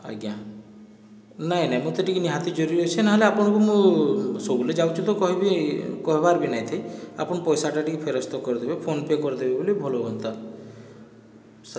ଆଜ୍ଞା ନାଇଁ ନାଇଁ ମୋତେ ଟିକେ ନିହାତି ଜରୁରୀ ଅଛେ ନହେଲେ ଆପଣଙ୍କୁ ମୁଁ ସବୁବେଲେ ଯାଉଛି ତ କହିବି କହିବାର ବି ନାଇଁ ଥାଇ ଆପଣ ପଇସାଟା ଟିକେ ଫେରସ୍ତ କରିଦେବେ ଫୋନ ପେ କରିଦେବେ ବୋଲି ଭଲ ହୁଆନ୍ତା ସାର୍